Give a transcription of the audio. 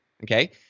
Okay